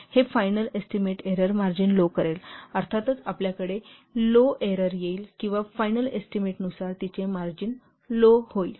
हे final estimate error margin low करेल अर्थात आपल्याकडे लो एरर येईल किंवा फायनल एस्टीमेटनुसार तिचे मार्जिन लो होईल